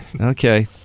Okay